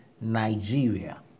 Nigeria